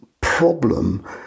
problem